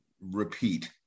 repeat